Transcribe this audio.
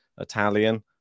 Italian